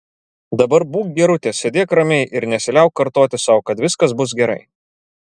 dabar būk gerutė sėdėk ramiai ir nesiliauk kartoti sau kad viskas bus gerai